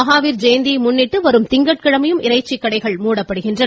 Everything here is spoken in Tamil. மஹாவீர் ஜெயந்தியை முன்னிட்டு வரும் திங்கட்கிழமையும் இறைச்சிக் கடைகள் மூடப்படுகின்றன